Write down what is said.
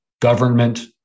government